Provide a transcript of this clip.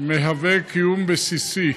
מהווה קיום בסיסי.